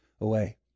away